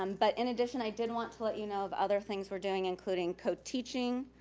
um but in addition, i did want to let you know of other things we're doing, including co-teaching,